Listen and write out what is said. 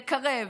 לקרב,